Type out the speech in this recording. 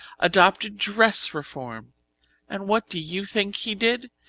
adopted dress reform and what do you think he did?